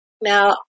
Now